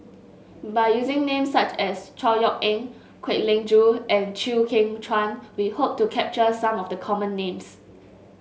by using names such as Chor Yeok Eng Kwek Leng Joo and Chew Kheng Chuan we hope to capture some of the common names